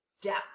depth